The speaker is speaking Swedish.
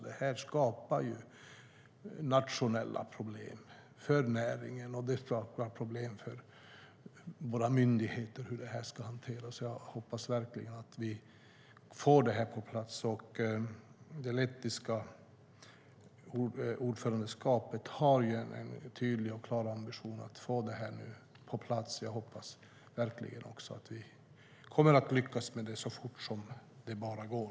Det skapar nationella problem för näringen och för våra myndigheter vad gäller hur detta ska hanteras. Jag hoppas verkligen att vi får det på plats. Det lettiska ordförandeskapet har en tydlig ambition att få det på plats, och jag hoppas att vi lyckas med det så fort det bara går.